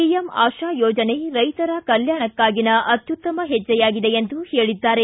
PM ಆಶಾ ಯೋಜನೆ ರೈತರ ಕಲ್ಕಾಣಕ್ಕಾಗಿನ ಅತ್ಯುತ್ತಮ ಹೆಜ್ಜೆಯಾಗಿದೆ ಎಂದು ಹೇಳಿದ್ದಾರೆ